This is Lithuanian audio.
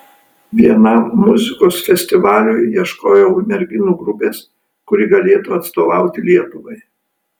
vienam muzikos festivaliui ieškojau merginų grupės kuri galėtų atstovauti lietuvai